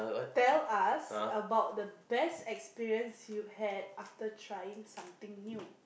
tell us about the best experience you had after trying something new